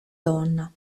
donna